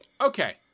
Okay